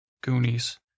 Goonies